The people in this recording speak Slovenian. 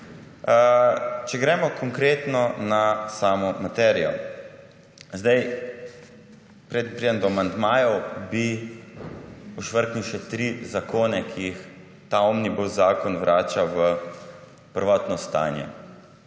Če gremo konkretno na samo materijo. Pridem do amandmajev, bi ošvrknil še tri zakone, ki jih ta omnibus zakon vrača v prvotno stanje,